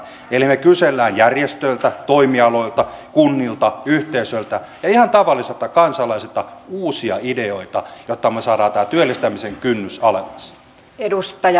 eli me kyselemme järjestöiltä toimialoilta kunnilta yhteisöiltä ja ihan tavallisilta kansalaisilta uusia ideoita jotta me saamme tämän työllistämisen kynnyksen alemmas